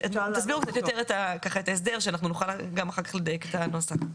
תסבירו קצת יותר את ההסדר שאנחנו נוכל גם אחר כך לדייק את הנוסח.